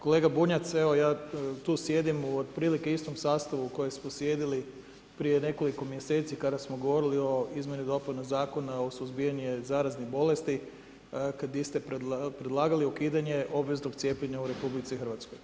Kolega Bunjac, evo ja tu sjedim u otprilike istom sastavu u kojem smo sjedili prije nekoliko mjeseci kada smo govorili o izmjeni i dopuni Zakona o suzbijanju zaraznih bolesti, kad ... predlagali ukidanje obveznog cijepljenja u RH.